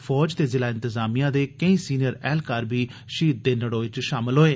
फौज ते जिला इंतजामिया दे केईं सीनियर ऐहलकार बी शहीद दे नड़ोए च शामल होए